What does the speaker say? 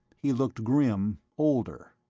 he looked grim, older.